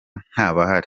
ntabahari